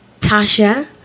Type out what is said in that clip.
Tasha